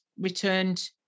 returned